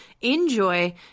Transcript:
Enjoy